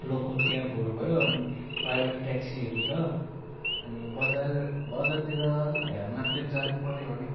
local क्याबहरू भयो अनि प्राइभेट ट्याक्सीहरू छ अनि बजार बजारतिर या मार्केट जानुपऱ्यो भने